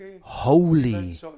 holy